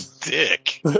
dick